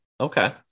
Okay